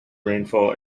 rainfall